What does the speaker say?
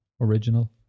original